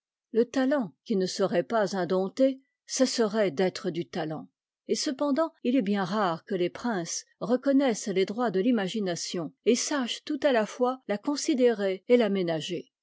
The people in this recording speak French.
le talent qui ne serait pas indompté cesserait d'être du talent et cependant il est bien rare que les princes reconnaissent les droits de l'imagination et sachent tout à la fois fa considérer et la